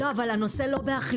לא, אבל הנושא לא באכיפה.